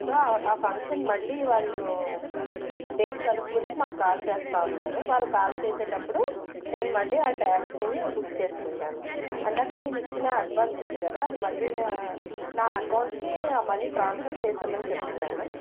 so ఆ function మళ్ళీ వాళ్ళు డేట్ కనుక్కొని మాకు కాల్ చేస్తా అన్నారు వాళ్ళు కాల్ చేసేటప్పుడు నేను మళ్ళీ ఆ టాక్సీని బుక్ చేసుకుంటాను అందాక నేను ఇచ్చిన అడ్వాన్స్ ఉంది కదా అది మళ్ళీ నా నా అకౌంటుకే మనీ ట్రాన్స్ఫర్ చేసేయమని అని చెప్తున్నాను